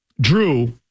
drew